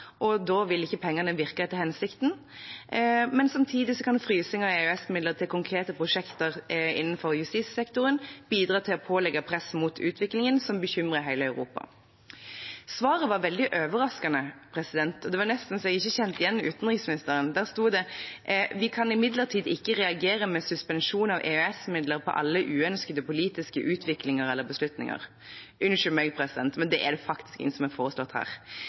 og da vil ikke pengene virke etter hensikten. Samtidig kan frysing av EØS-midler til konkrete prosjekter innenfor justissektoren bidra til å legge press mot utviklingen som bekymrer hele Europa. Svaret var veldig overraskende. Det var nesten så jeg ikke kjente igjen utenriksministeren. Der sto det: «Vi kan imidlertid ikke reagere med suspensjon av EØS-midler på alle uønskede politiske utviklinger eller beslutninger.» Unnskyld meg, men det er det som faktisk er foreslått her.